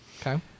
Okay